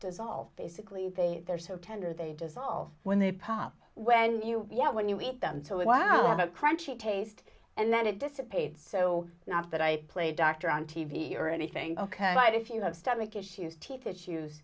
dissolve basically they they're so tender they dissolve when they pop when you get when you eat them to wow crunchy taste and then it dissipates so not that i play doctor on t v or anything ok but if you have stomach issues teeth issues